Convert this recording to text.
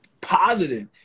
positive